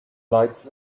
lights